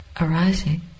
arising